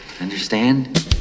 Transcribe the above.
Understand